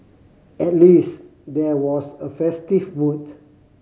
at least there was a festive mood